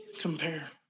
compare